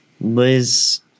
Liz